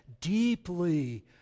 deeply